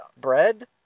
bread